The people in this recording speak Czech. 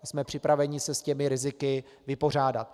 Jsme připraveni se s těmi riziky vypořádat.